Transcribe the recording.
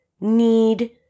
need